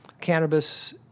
Cannabis